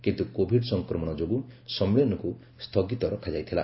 କିନ୍ତୁ କୋଭିଡ୍ ସଂକ୍ରମଣ ଯୋଗୁଁ ସମ୍ମିଳନୀକୁ ସ୍ଥଗିତ ରଖାଯାଇଥିଲା